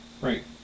Right